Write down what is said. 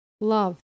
love